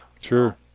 Sure